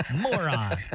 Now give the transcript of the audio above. moron